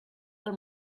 del